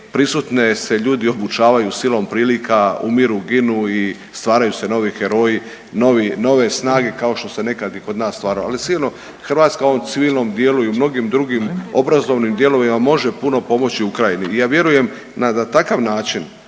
prisutne se ljudi obučavaju silom prilika u miru ginu i stvaraju se novi heroji, nove snage kao što se nekad i kod nas stvarao. Ali, sigurno Hrvatska u ovom civilnom dijelu i u mnogim drugim obrazovnim dijelovima može puno pomoći Ukrajini i ja vjerujem na da takav način